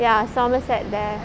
ya somerset there